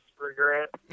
regret